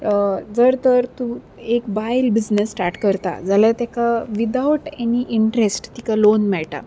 जर तर तूं एक बायल बिझनस स्टार्ट करता जाल्यार तेका विदावट एनी इंट्रस्ट तिका लोन मेळटा